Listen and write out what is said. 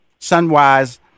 Sunwise